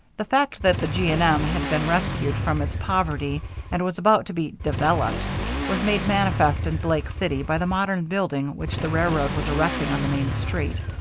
the fact that the g. and m. had been rescued from its poverty and was about to be developed was made manifest in blake city by the modern building which the railroad was erecting on the main street.